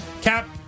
Cap